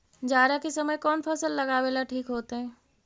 जाड़ा के समय कौन फसल लगावेला ठिक होतइ?